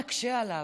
בל נקשה עליו.